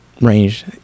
range